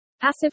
Passive